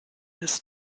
des